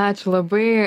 ačiū labai